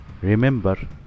Remember